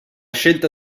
scelta